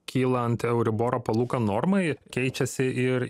kylant euriboro palūkanų normai keičiasi ir